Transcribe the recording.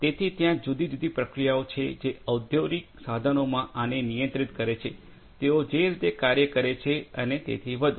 તેથી ત્યાં જુદી જુદી પ્રક્રિયાઓ છે જે ઔદ્યોગિક સાધનોમાં આને નિયંત્રિત કરે છે તેઓ જે રીતે કાર્ય કરે છે અને તેથી વધુ